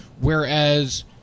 Whereas